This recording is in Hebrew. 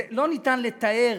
זה, לא ניתן לתאר.